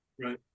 Right